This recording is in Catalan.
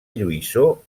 lluïssor